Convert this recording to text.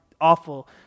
Awful